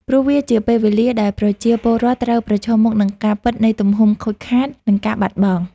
ព្រោះវាជាពេលវេលាដែលប្រជាពលរដ្ឋត្រូវប្រឈមមុខនឹងការពិតនៃទំហំខូចខាត និងការបាត់បង់។